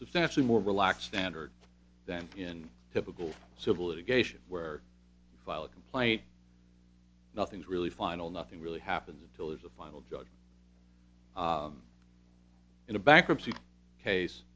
substantially more relaxed standard than in typical civil litigation where file a complaint nothing's really final nothing really happens until it's the final judge in a bankruptcy case